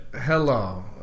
hello